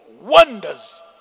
wonders